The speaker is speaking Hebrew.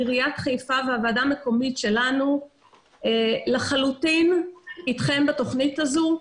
עיריית חיפה והוועדה המקומית שלנו לחלוטין אתכם בתכנית הזו.